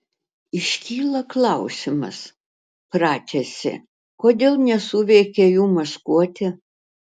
iškyla klausimas pratęsė kodėl nesuveikė jų maskuotė